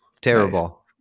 Terrible